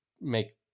make